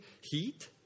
heat